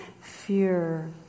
fear